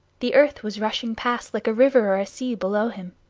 the earth was rushing past like a river or a sea below him.